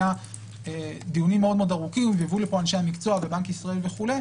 היו דיונים מאוד מאוד ארוכים והובאו לפה אנשי המקצוע מבנק ישראל וכו'.